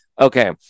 Okay